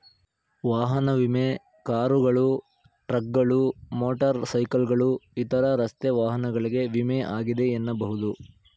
ವಾಹನ ವಿಮೆ ಕಾರುಗಳು, ಟ್ರಕ್ಗಳು, ಮೋಟರ್ ಸೈಕಲ್ಗಳು ಇತರ ರಸ್ತೆ ವಾಹನಗಳಿಗೆ ವಿಮೆ ಆಗಿದೆ ಎನ್ನಬಹುದು